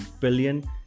billion